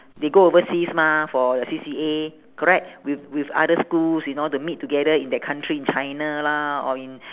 they go overseas mah for C_C_A correct with with other schools you know to meet together in that country in china lah or in